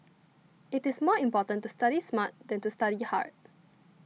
it is more important to study smart than to study hard